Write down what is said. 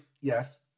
yes